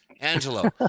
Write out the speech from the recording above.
angelo